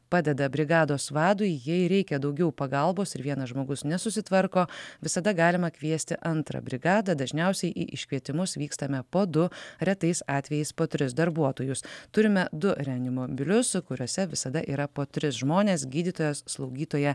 padeda brigados vadui jei reikia daugiau pagalbos ir vienas žmogus nesusitvarko visada galima kviesti antrą brigadą dažniausiai į iškvietimus vykstame po du retais atvejais po tris darbuotojus turime du reanimobilius kuriuose visada yra po tris žmones gydytojas slaugytoja